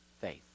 faith